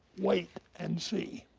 wait and see.